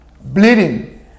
bleeding